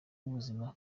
ubuzima